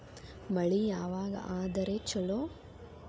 ಮಳಿ ಯಾವಾಗ ಆದರೆ ಛಲೋ?